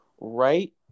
right